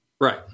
Right